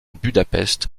budapest